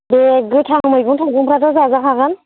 बे गोथां मैगं थाइगं फ्राथ' जाजा खागोन